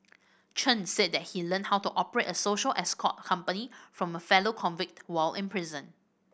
Chen said that he learned how to operate a social escort company from a fellow convict while in prison